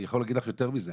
אני יכול להגיד לך יותר מזה,